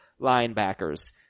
linebackers